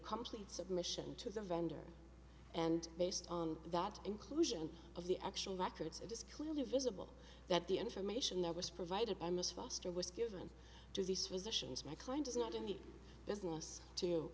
complete submission to the vendor and based on that inclusion of the actual records it is clearly visible that the information that was provided by miss foster was given to these physicians my client is not in the business to